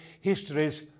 histories